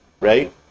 right